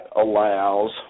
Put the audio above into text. allows